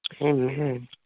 Amen